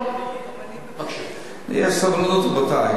תיתני לו את הנאום